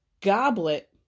goblet